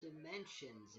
dimensions